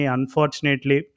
Unfortunately